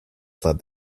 fled